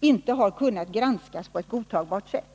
inte har kunnat granskas på ett godtagbart sätt.